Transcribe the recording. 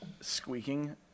squeaking